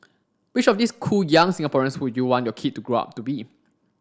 which of these cool young Singaporeans would you want your kid to grow up to be